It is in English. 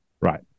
Right